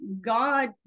God